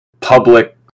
public